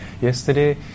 Yesterday